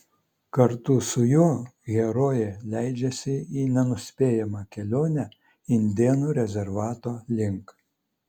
kartu su juo herojė leidžiasi į nenuspėjamą kelionę indėnų rezervato link